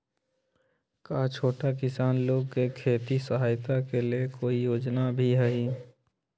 का छोटा किसान लोग के खेती सहायता के लेंल कोई योजना भी हई?